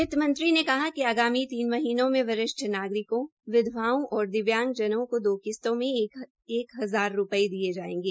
वित्तमंत्री ने कहा कि अगामी तीन महीनों में वरिष्ठ नागरिकों विधवाओं और द्विव्यांग जनों को तीन किश्तों में एक एक हजार रूपये दिये जायेंगे